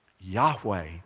Yahweh